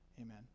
Amen